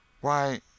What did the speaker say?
Why